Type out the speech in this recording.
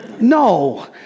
No